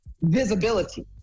visibility